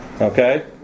Okay